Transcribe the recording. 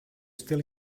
still